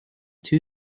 two